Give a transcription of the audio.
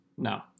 No